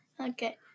Okay